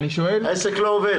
העסק לא עובד.